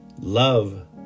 love